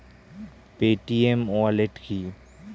Paytm wallet কি?